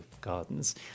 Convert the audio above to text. gardens